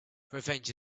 revenge